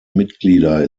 mitglieder